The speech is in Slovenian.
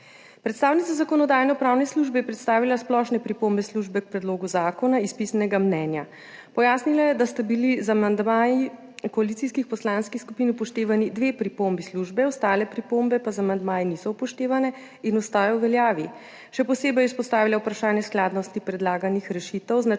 Predstavnica Zakonodajno-pravne službe je predstavila splošne pripombe službe k predlogu zakona iz pisnega mnenja. Pojasnila je, da sta bili z amandmaji koalicijskih poslanskih skupin upoštevani dve pripombi službe, ostale pripombe pa z amandmaji niso upoštevane in ostajajo v veljavi. Še posebej je izpostavila vprašanje skladnosti predlaganih rešitev z načelom